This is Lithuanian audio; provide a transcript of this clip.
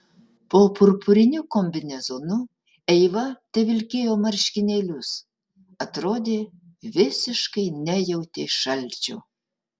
po purpuriniu kombinezonu eiva tevilkėjo marškinėlius atrodė visiškai nejautė šalčio